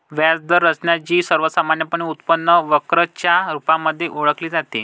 व्याज दर रचना, जी सर्वसामान्यपणे उत्पन्न वक्र च्या रुपामध्ये ओळखली जाते